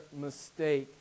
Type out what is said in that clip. mistake